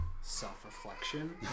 self-reflection